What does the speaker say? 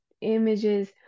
images